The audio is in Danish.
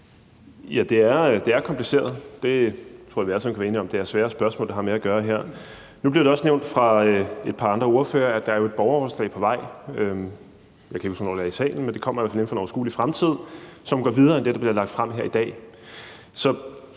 enige om, for det er svære spørgsmål, vi har med at gøre her. Nu blev det også nævnt fra et par andre ordføreres side, at der jo er et borgerforslag på vej. Jeg kan ikke huske, hvornår det skal behandles i salen, men det kommer i hvert fald inden for en overskuelig fremtid, og det går videre end det, der bliver lagt frem her i dag.